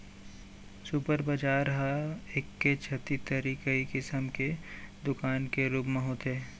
super बजार ह एके छत तरी कई किसम के दुकान के रूप म होथे